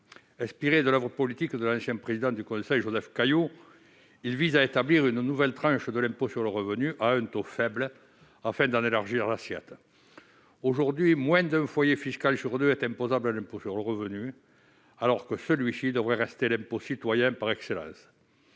Inspiré par l'oeuvre politique de l'ancien président du Conseil Joseph Caillaux, il vise à établir une nouvelle tranche de l'impôt sur le revenu (IR), à un taux faible, afin d'en élargir l'assiette. Aujourd'hui, moins d'un foyer fiscal sur deux est imposable à l'IR, alors que celui-ci devrait rester l'impôt citoyen par excellence.